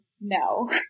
no